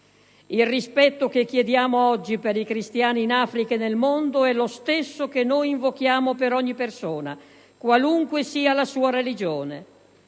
Il rispetto che chiediamo oggi per i cristiani in Africa e nel mondo è lo stesso che invochiamo per ogni persona, qualunque sia la sua religione.